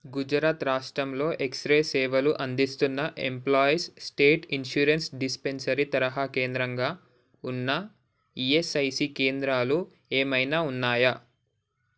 గుజరాత్ రాష్ట్రంలో ఎక్స్రే సేవలు అందిస్తున్న ఎంప్లాయీస్ స్టేట్ ఇన్షూరెన్స్ డిస్పెన్సరీ తరహా కేంద్రంగా ఉన్న ఈఎస్ఐసి కేంద్రాలు ఏమైనా ఉన్నాయా